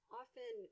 often